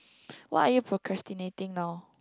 what are you procrastinating now